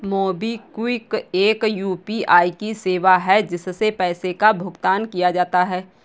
MobiKwik एक UPI की सेवा है, जिससे पैसे का भुगतान किया जाता है